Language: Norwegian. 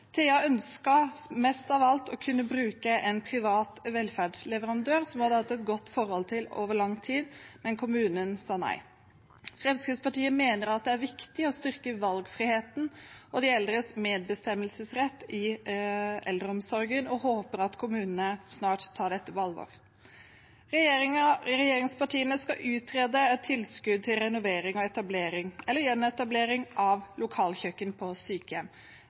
mest av alt å kunne bruke en privat velferdsleverandør som hun hadde hatt et godt forhold til over lang tid, men kommunen sa nei. Fremskrittspartiet mener at det er viktig å styrke valgfriheten og de eldres medbestemmelsesrett i eldreomsorgen, og håper at kommunene snart tar dette på alvor. Regjeringspartiene skal utrede et tilskudd til renovering og etablering eller gjenetablering av lokalkjøkken på sykehjem.